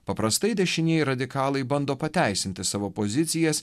paprastai dešinieji radikalai bando pateisinti savo pozicijas